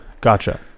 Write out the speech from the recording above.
Gotcha